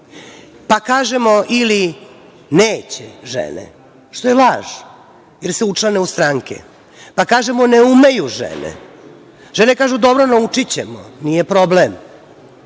pa kažemo – ili neće žene, što je laž, jer se učlane u stranke, pa kažemo – ne umeju žene. Žene kažu – dobro, naučićemo, nije problem.